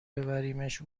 ببریمش